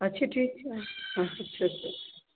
अच्छा ठीक छै